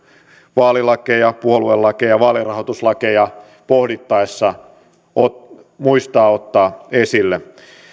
vaalilakeja puoluelakeja vaalirahoituslakeja pohdittaessa pitäisi muistaa ottaa esille